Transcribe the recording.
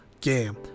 game